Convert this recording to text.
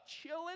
chilling